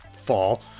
fall